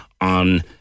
on